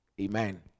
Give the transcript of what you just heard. amen